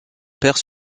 père